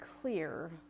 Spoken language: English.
clear